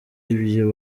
ibyo